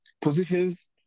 positions